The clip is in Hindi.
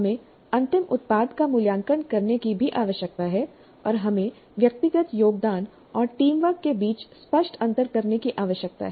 हमें अंतिम उत्पाद का मूल्यांकन करने की भी आवश्यकता है और हमें व्यक्तिगत योगदान और टीम वर्क के बीच स्पष्ट अंतर करने की आवश्यकता है